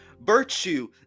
Virtue